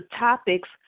topics